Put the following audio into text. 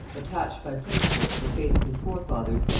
attached by principle to the faith of his forefathers,